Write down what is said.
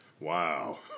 Wow